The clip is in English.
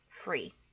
free